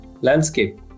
landscape